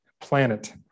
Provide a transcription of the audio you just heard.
planet